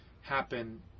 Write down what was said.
happen